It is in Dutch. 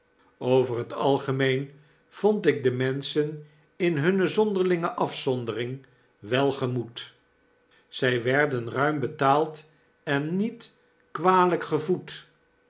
over t algemeen vond ik de menschen in hunne zonderlinge afzondering welgemoed zp werden ruim betaald en niet kwalyk gevoed